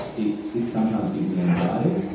it it sometimes gives me anxiety.